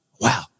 Wow